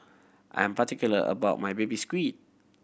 I'm particular about my Baby Squid